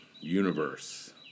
universe